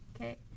okay